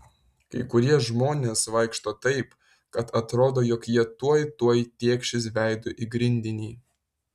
kai kurie žmonės vaikšto taip kad atrodo jog jie tuoj tuoj tėkšis veidu į grindinį